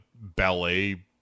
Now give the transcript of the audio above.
ballet